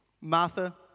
Martha